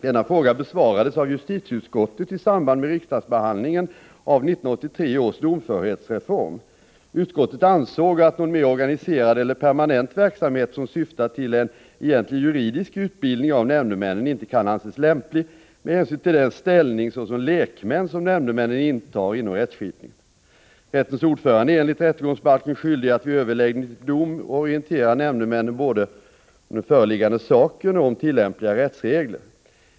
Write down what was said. Denna fråga besvarades av justitieutskottet i samband med riksdagsbehandlingen av 1983 års domförhetsreform. Utskottet ansåg att någon mer organiserad eller permanent verksamhet som syftar till en egentlig juridisk utbildning av nämndemännen inte kan anses lämplig med hänsyn till den ställning såsom lekmän som nämndemän intar inom rättskipningen. Rättens ordförande är enligt rättegångsbalken skyldig att vid överläggning till dom orientera nämndemännen både om den föreliggande saken och om tillämpliga rättsregler.